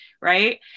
Right